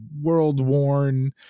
world-worn